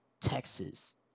Texas